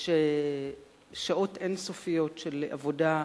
יש שעות אין-סופיות של עבודה,